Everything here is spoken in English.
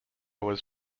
was